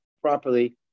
properly